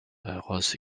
ross